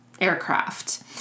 aircraft